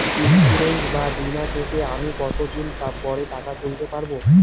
Insurance বা বিমা থেকে আমি কত দিন পরে টাকা তুলতে পারব?